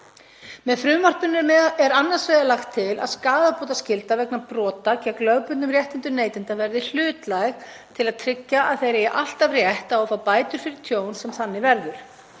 Með frumvarpinu er annars vegar lagt til að skaðabótaskylda vegna brota gegn lögbundnum réttindum neytenda verði hlutlæg til að tryggja að þeir eigi alltaf rétt á að fá bætur fyrir tjón sem þannig verður.